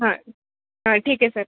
हां हां ठीक आहे सर